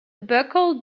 buckle